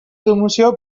promoció